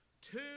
two